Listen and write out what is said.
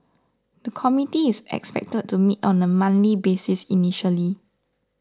the committee is expected to meet on a monthly basis initially